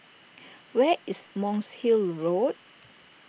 where is Monk's Hill Road